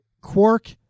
Quark